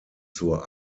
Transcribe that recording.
zur